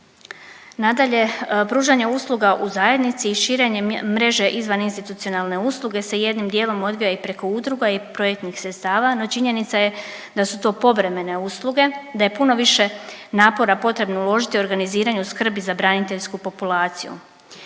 Nadalje, pružanje usluga u zajednici i širenje mreže izvaninstitucionalne usluge se jednim dijelom odvija i preko udruga i projektnih sredstava, no činjenica je da su to povremene usluge, da je puno više napora potrebno uložiti u organiziranju skrbi za braniteljsku populaciju